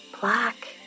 black